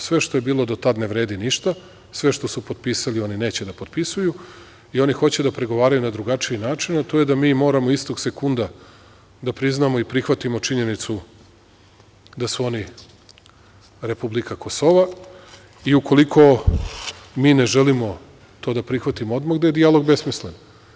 Sve što je bilo do tad ne vredi ništa, sve što su potpisali oni neće da potpisuju i oni hoće da pregovaraju na drugačiji način, a to je da mi moramo istog sekunda da priznamo i prihvatimo činjenicu da su oni republika Kosova, i ukoliko mi ne želimo to da prihvatimo odmah da je dijalog besmislen.